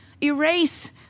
erase